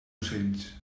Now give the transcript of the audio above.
ocells